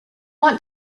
want